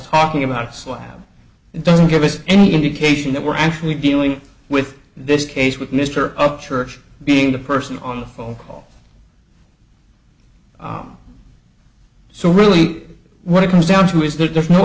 talking about slab doesn't give us any indication that we're actually dealing with this case with mr upchurch being the person on the phone call so really what it comes down to is that there's no